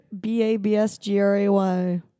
B-A-B-S-G-R-A-Y